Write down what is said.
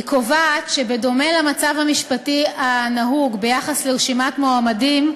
היא קובעת שבדומה למצב המשפטי הנהוג ביחס לרשימת מועמדים,